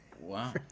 Wow